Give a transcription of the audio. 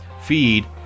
feed